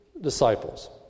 disciples